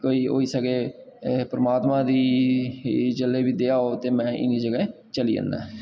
कोई होई सकै परमात्मा दी जेल्लै बी दया होऐ ते में इ'नें जगहें चली जंदा